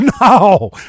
No